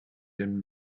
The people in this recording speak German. den